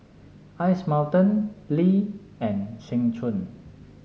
Ice Mountain Lee and Seng Choon